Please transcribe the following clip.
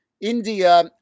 India